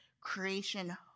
Creation